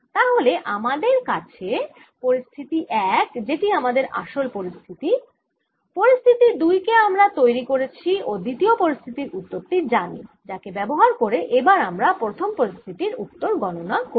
তাহলে আমাদের আছে পরিস্থিতি এক যেটি আমাদের আসল পরিস্থিতি পরিস্থিতি দুই কে আমরা তৈরি করেছি ও দ্বিতীয় পরিস্থিতির উত্তর টি জানি যাকে ব্যবহার করে এবার আমরা প্রথম পরিস্থিতির উত্তর গণনা করব